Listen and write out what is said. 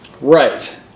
Right